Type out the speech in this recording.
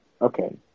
okay